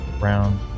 round